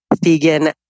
vegan